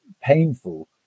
painful